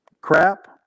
crap